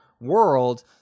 world